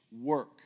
work